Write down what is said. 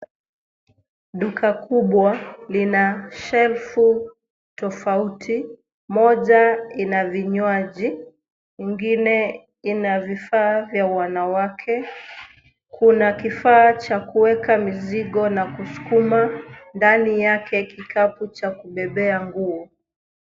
Duka kubwa lina shelf tofauti. Moja ina vinywaji, ingine ina vifaa vya wanawake. Kuna kifaa cha kuweka mizigo na kusukuma. Ndani yake kikapu cha kubebea nguo.